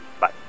Bye